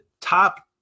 top